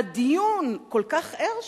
והדיון כל כך ער שם,